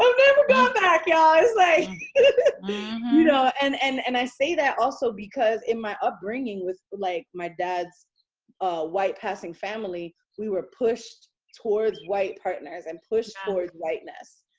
never gone back y'all. like you know and and and i say that also because in my upbringing with like my dad's white passing family. we were pushed towards white partners and push torward whiteness.